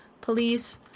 Police